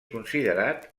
considerat